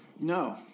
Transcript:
no